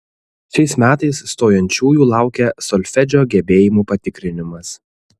šiais metais stojančiųjų laukia solfedžio gebėjimų patikrinimas